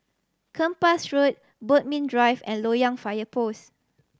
Kempas Road Bodmin Drive and Loyang Fire Post